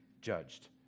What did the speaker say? judged